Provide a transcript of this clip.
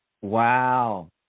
Wow